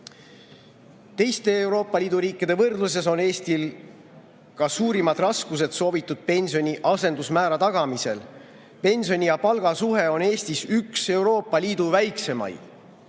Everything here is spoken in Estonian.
Teiste Euroopa Liidu riikide võrdluses on Eestil suurimad raskused soovitud pensioni asendusmäära tagamisel. Pensioni ja palga suhe on Eestis üks Euroopa Liidu väiksemaid.